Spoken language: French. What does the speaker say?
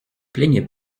plaignait